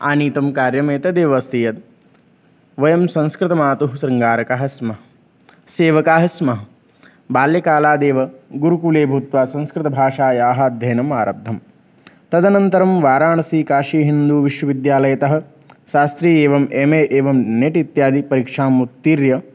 आनीतं कार्यमेतदेव अस्ति यत् वयं संस्कृतमातुः शृङ्गारकाः स्मः सेवकाः स्मः बाल्यकालादेव गुरुकुले भूत्वा संस्कृतभाषायाः अध्ययनम् आरब्धं तदनन्तरं वाराणसीकाशीहिन्दुविश्वविद्यालयतः शास्त्री एवं एम् ए एवं नेट् इत्यादि परीक्षाम् उत्तीर्य